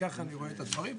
כך אני רואה את הדברים.